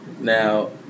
Now